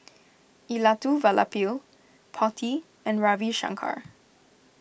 Elattuvalapil Potti and Ravi Shankar